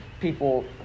people